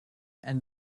end